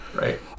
Right